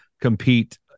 compete